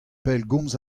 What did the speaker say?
pellgomz